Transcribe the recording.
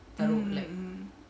mm mm